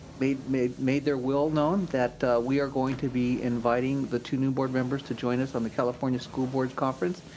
made made their will known that we are going to be inviting the two new board members to join us on the california school board conference.